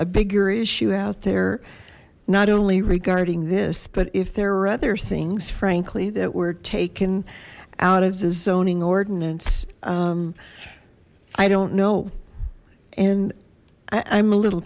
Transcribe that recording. a bigger issue out there not only regarding this but if there are other things frankly that were taken out of the zoning ordinance i don't know and i'm a little